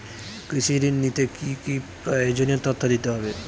কৃষি ঋণ নিতে কি কি প্রয়োজনীয় তথ্য দিতে হবে?